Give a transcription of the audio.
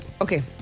okay